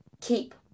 keep